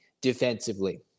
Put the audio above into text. defensively